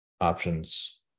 options